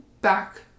back